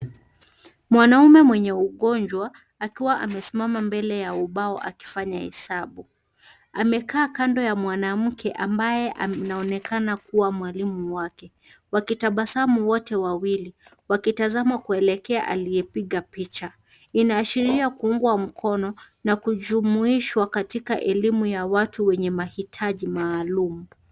Mwanaume mwenye ugonjwa akiwa amesimama mbele ya ubao akifanya hesabu. Amekaa kando ya mwanamke ambaye anaonekana kuwa mwalimu wake, wakitabasamu wote wawili, wakitazama kuelekea aliyepiga picha, inaashiria kuumbwa mkono na kujumuishwa katika elimu ya watu wenye mahitaji maalum.